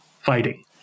Fighting